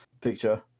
picture